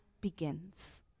begins